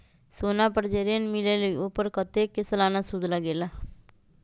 सोना पर जे ऋन मिलेलु ओपर कतेक के सालाना सुद लगेल?